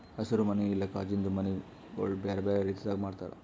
ಹಸಿರು ಮನಿ ಇಲ್ಲಾ ಕಾಜಿಂದು ಮನಿಗೊಳ್ ಬೇರೆ ಬೇರೆ ರೀತಿದಾಗ್ ಮಾಡ್ತಾರ